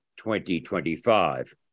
2025